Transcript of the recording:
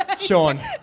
Sean